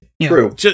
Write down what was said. true